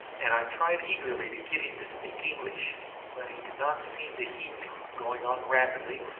and i tried eagerly to get him to speak english but he did not seem to heed me, going on rapidly,